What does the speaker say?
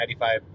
95